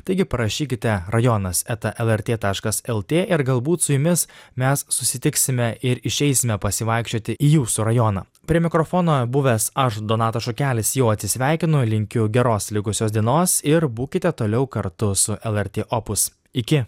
taigi parašykite rajonas eta lrt taškas lt ir galbūt su jumis mes susitiksime ir išeisime pasivaikščioti į jūsų rajoną prie mikrofono buvęs aš donatas šukelis jau atsisveikinu linkiu geros likusios dienos ir būkite toliau kartu su lrt opus iki